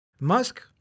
Musk